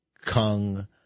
Kung